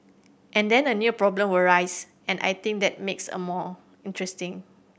and then a new problem will arise and I think that makes a more interesting